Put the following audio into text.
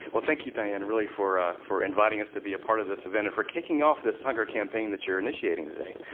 well, thank you, diane, really, for ah for inviting us to be a part of this event, and for kicking off this hunger campaign that you're initiating today.